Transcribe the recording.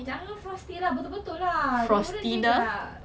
jangan frosty lah betul betul lah they wouldn't name their